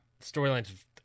storyline's